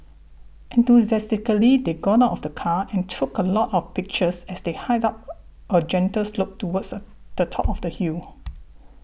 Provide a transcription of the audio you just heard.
enthusiastically they got out of the car and took a lot of pictures as they hiked up a a gentle slope towards the the top of the hill